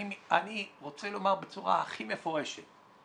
אני רוצה לומר בצורה הכי מפורשת,